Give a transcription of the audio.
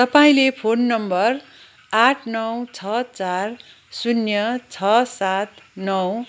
तपाईँँले phone number आठ नौ छ चार शून्य छ सात नौ